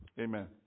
amen